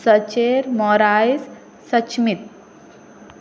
सचेर मोरायज सचमीत